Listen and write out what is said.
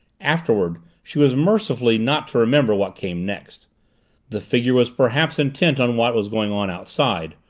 afterward she was mercifully not to remember what came next the figure was perhaps intent on what was going on outside,